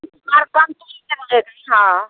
हाँ